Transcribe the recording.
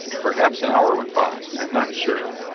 perhaps an hour went by. i am not sure.